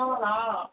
అవునా